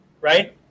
right